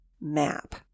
map